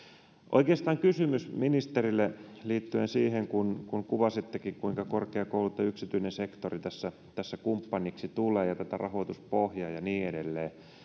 oikeastaan kysymykseni ministerille liittyy siihen kun kun kuvasittekin kuinka korkeakoulut ja yksityinen sektori tässä tässä kumppaniksi tulevat ja tätä rahoituspohjaa ja niin edelleen